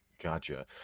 gotcha